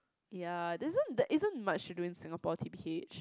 ya there isn't there isn't much to do in Singapore T_B_H